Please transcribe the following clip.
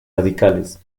radicales